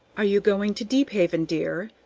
are you going to deephaven, dear?